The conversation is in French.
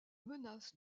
menace